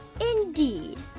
Indeed